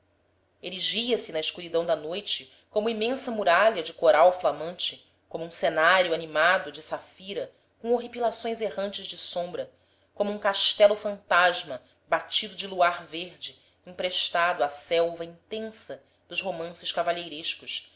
fora erigia se na escuridão da noite como imensa muralha de coral flamante como um cenário animado de safira com horripilações errantes de sombra como um castelo fantasma batido de luar verde emprestado à selva intensa dos romances cavalheirescos